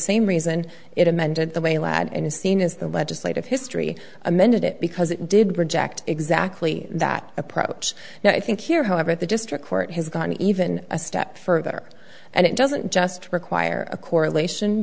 same reason it amended the way lad and is seen as the legislative history amended it because it did project exactly that approach now i think here however the district court has gone even a step further and it doesn't just require a correlation